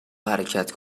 حرکت